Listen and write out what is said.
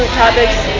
topics